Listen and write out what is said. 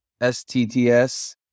STTS